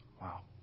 Wow